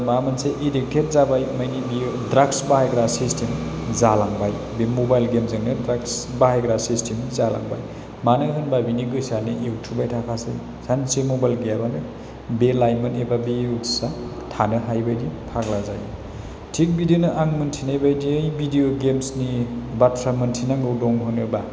माबा मोनसे इदिकटेट जाबाय माइनि बियो ड्रागस बाहायग्रा सिसटिम जालांबाय बि मबाइल गेमजोंनो ड्रागस बाहायग्रा सिसटिम जालांबाय मानो होनबा बिनि गोसोआनो एवथुबाय थाखासै सानसे मबाइल गैयाबानो बे लाइमोन एबा बे युट्सआ थानो हायै बायदि फाग्ला जायो थिग बिदिनो आं मोनथिनाबायदियै भिडिअ गेमसनि बाथ्रा मोनथिनांगौ दं होनोबा